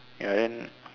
ya then